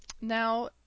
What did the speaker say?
Now